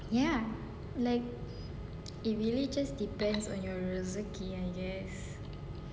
ya like it really just depends on your rezeki I guess